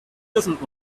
doesn’t